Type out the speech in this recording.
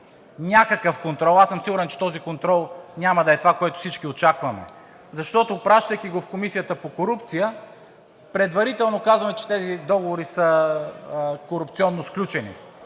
някакъв контрол. Аз съм сигурен, че този контрол няма да е това, което всички очакваме, защото, пращайки го в Комисията по корупция, предварително казваме, че тези договори са корупционно сключени.